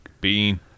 Bean